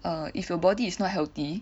err if your body is not healthy